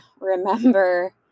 remember